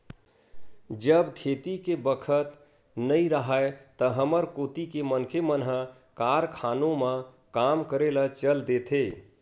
जब खेती के बखत नइ राहय त हमर कोती के मनखे मन ह कारखानों म काम करे ल चल देथे